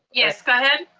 yes, go ahead.